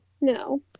No